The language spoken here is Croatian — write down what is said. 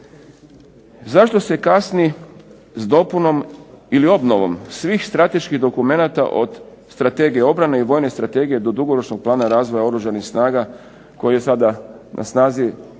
Zašto se kasni s dopunom ili obnovom svih strateških dokumenata od strategije obrane i vojne strategije do dugoročnog plana razvoja oružanih snaga koji je sada na snazi od